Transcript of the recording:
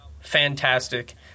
fantastic